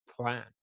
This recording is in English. plan